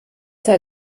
sei